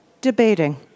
debating